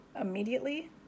Immediately